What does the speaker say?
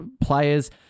players